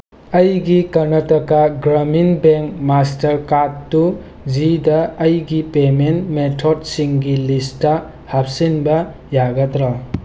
ꯑꯩꯒꯤ Karnataka Grameen bank master ꯀꯥꯔꯠꯇꯨ ꯖꯤꯗ ꯑꯩꯒꯤ ꯄꯦꯃꯦꯟ ꯃꯦꯊꯣꯠꯁꯤꯡꯒꯤ ꯂꯤꯁꯇ ꯍꯥꯞꯆꯤꯟꯕ ꯌꯥꯒꯗ꯭ꯔ